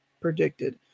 predicted